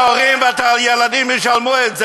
שההורים והילדים ישלמו את זה,